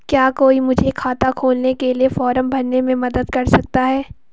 क्या कोई मुझे खाता खोलने के लिए फॉर्म भरने में मदद कर सकता है?